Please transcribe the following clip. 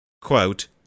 Quote